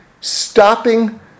stopping